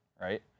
right